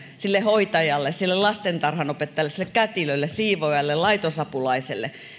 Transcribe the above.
sille hoitajalle sille lastentarhanopettajalle sille kätilölle siivoojalle laitosapulaiselle